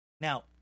Now